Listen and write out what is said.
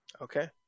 Okay